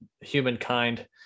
humankind